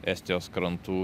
estijos krantų